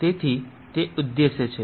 તેથી તે ઉદ્દેશ છે